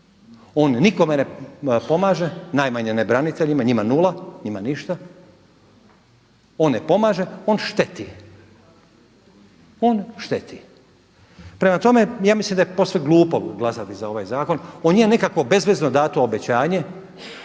On nikome ne pomaže, najmanje ne braniteljima, njima nula, njima ništa. On ne pomaže, on šteti. Prema tome, ja mislim da je posve glupo glasati za ovaj zakon. On je nekakvo bezvezno dato obećanje